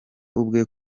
ubwe